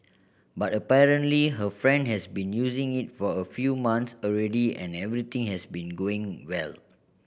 but apparently her friend has been using it for a few month already and everything has been going well